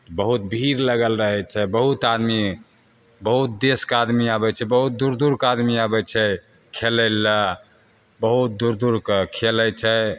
बहुत भीड़ लगल रहै छै बहुत आदमी बहुत देशके आदमी आबै छै बहुत दूर दूरके आदमी आबै छै खेलै लए बहुत दूर दूरके खेलै छै